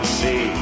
see